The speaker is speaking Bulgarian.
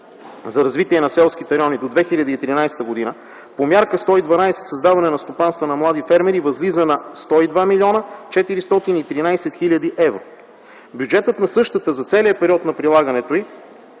за развитие на селските райони до 2013 г. по Мярка 112 „Създаване на стопанства на млади фермери” възлиза на 102 млн. 413 хил. евро. Бюджетът на същата за целия период на прилагането й